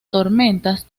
tormentas